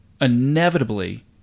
inevitably